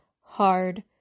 hard